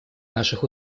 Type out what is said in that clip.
наших